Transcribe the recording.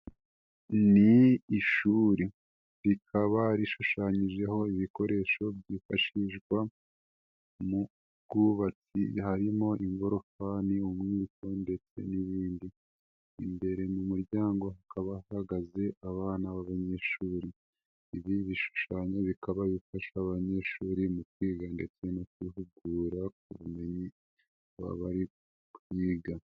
Ni ishuri, rikaba rishushanyijeho ibikoresho byifashishwa mu bwubatsi harimo ingorofani, umwiko ndetse n'ibindi. Imbere mu muryango hakaba hahagaze abana b'abanyeshuri. Ibi bishushanyo bikaba bifasha abanyeshuri mu kwiga ndetse no kwihugura ku bumenyi baba bari kwiga.